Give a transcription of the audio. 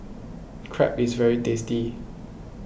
Crepe is very tasty